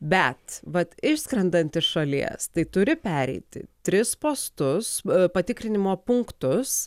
bet vat išskrendant iš šalies tai turi pereiti tris postus patikrinimo punktus